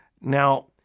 Now